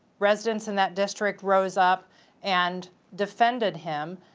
residents in that district rose up and defended him.